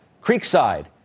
Creekside